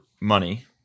money